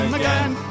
again